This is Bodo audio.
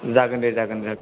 जागोन दे जागोन